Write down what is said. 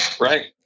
Right